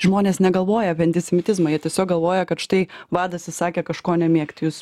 žmonės negalvoja apie antisemitizmą jie tiesiog galvoja kad štai vadas įsakė kažko nemėgt jūs